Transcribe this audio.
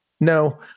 no